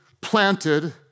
planted